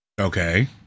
Okay